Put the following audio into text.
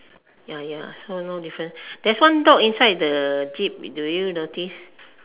ya ya so no difference there is one dog inside the jeep do you notice